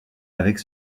avec